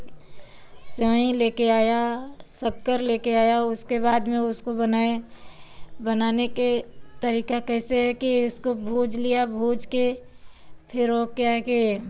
सेवई ले कर आया शक्कर ले कर आया उसके बाद में उसको बनाए बनाने के तरीका कैसे है कि उसको भूज लिया भूज कर फिर वह क्या है कि